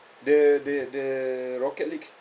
the the the rocket league